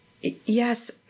Yes